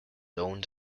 owned